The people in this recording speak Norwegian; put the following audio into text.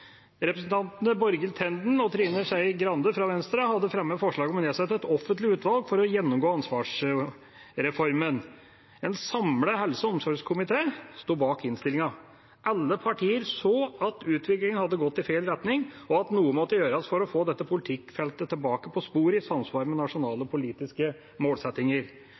Representantene Borghild Tenden og Trine Skei Grande fra Venstre hadde fremmet forslag om å nedsette et offentlig utvalg for å gjennomgå ansvarsreformen. En samlet helse- og omsorgskomité sto bak innstillinga. Alle partier så at utviklingen hadde gått i feil retning, og at noe måtte gjøres for å få dette politikkfeltet tilbake på sporet, i samsvar med nasjonale politiske målsettinger.